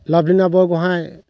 Lovlina Borgohain